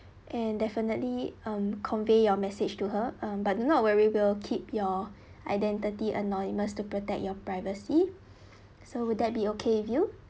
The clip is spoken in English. and definitely um convey your message to her um but not to worry we'll keep your identity anonymous to protect your privacy so would that be okay with you